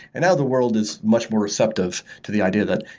and now, the world is much more receptive to the idea that,